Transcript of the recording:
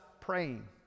praying